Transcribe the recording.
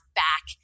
back